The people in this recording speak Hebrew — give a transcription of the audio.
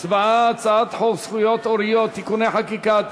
הצבעה על הצעת חוק זכויות הוריות (תיקוני חקיקה),